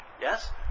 yes